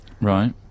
Right